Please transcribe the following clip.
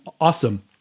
awesome